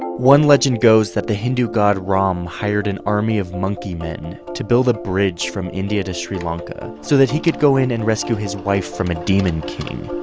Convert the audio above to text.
one legend goes that the hindu god rama hired an army of monkey men to build a bridge from india to sri lanka, so that he could go in and rescue his wife from a demon king.